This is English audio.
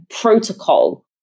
Protocol